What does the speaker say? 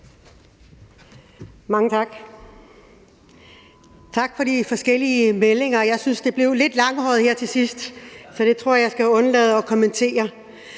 Mange tak. Tak for de forskellige meldinger. Jeg synes, det blev lidt langhåret her til sidst, så det tror jeg at jeg skal undlade at kommentere.